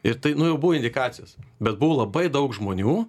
ir tai nu jau buvo indikacijos bet buvo labai daug žmonių